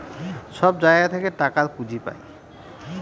সব জায়গা থেকে টাকার পুঁজি পাই